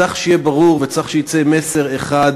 צריך שיהיה ברור וצריך שיצא מסר אחד